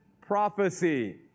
prophecy